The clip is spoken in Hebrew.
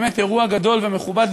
וזה היה באמת אירוע גדול ומכובד,